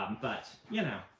um but, you know.